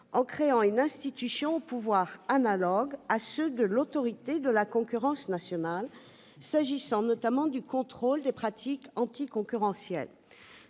en créant une institution aux pouvoirs analogues à ceux de l'Autorité de la concurrence nationale, notamment quant au contrôle des pratiques anticoncurrentielles.